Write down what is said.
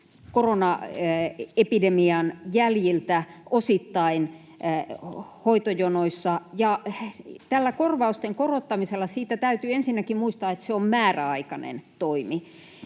koronaepidemian jäljiltä osittain hoitojonoissa. Tästä korvausten korottamisesta täytyy ensinnäkin muistaa, että se on määräaikainen toimi,